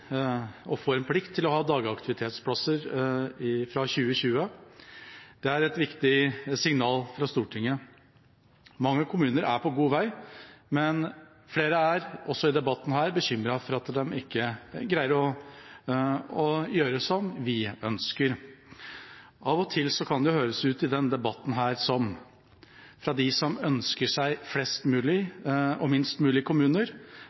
få en plikt til å ha dagaktivitetsplasser fra 2020. Det er et viktig signal fra Stortinget. Mange kommuner er på god vei, men flere er – også i debatten her – bekymret for at de ikke greier å gjøre som vi ønsker. Av og til kan det høres ut i denne debatten fra dem som ønsker seg flest mulige og minst mulige kommuner,